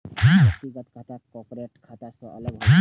व्यक्तिगत खाता कॉरपोरेट खाता सं अलग होइ छै